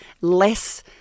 less